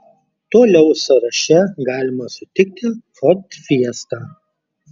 toliau sąraše galima sutikti ford fiesta